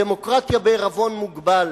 דמוקרטיה בעירבון מוגבל.